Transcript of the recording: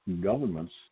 governments